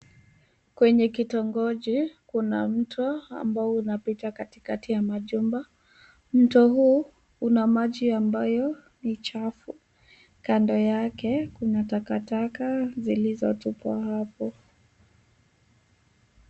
Kwenye kitongoji kuna mto ambao unapita katikati ya majumba. Mto huu una maji ambayo ni chafu. Kando yake kuna takataka zilizotupwa hapo.